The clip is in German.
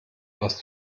aus